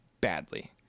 badly